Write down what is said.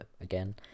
again